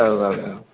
औ औ